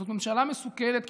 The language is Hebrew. זאת ממשלה מסוכנת,